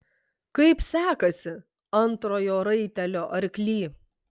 kaip sekasi antrojo raitelio arkly